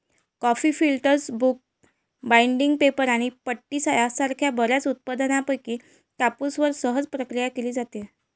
coffee filters, book binding, paper आणि पट्टी यासारख्या बर्याच उत्पादनांमध्ये कापूसवर सहज प्रक्रिया केली जाते